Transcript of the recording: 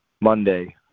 Monday